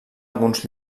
alguns